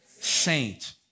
saint